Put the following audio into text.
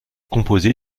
composée